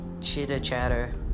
Chitter-chatter